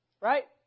Right